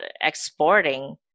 exporting